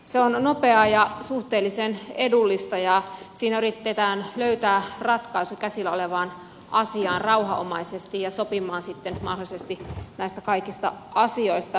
se on nopeaa ja suhteellisen edullista ja siinä yritetään löytää ratkaisu käsillä olevaan asiaan rauhanomaisesti ja sopimaan sitten mahdollisesti näistä kaikista asioista